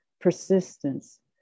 persistence